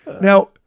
Now